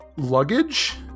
Luggage